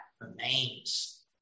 remains